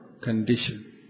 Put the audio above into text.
condition